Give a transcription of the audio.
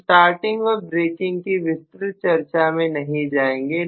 हम स्टार्टिंग और ब्रेकिंग की विस्तृत चर्चा में नहीं जाएंगे